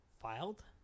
filed